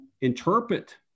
interpret